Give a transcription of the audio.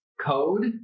code